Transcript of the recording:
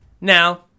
Now